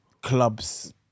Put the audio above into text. Clubs